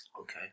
Okay